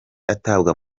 atabwa